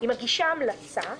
היא מגישה המלצה.